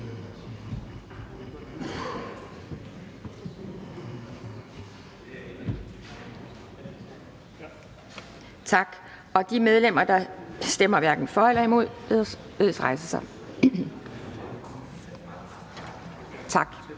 Tak. De medlemmer, der stemmer hverken for eller imod, bedes rejse sig. Tak.